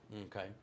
Okay